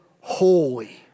holy